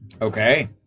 Okay